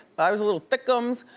i was a little thick-ums.